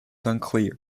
unclear